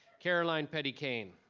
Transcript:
caroline petty kane.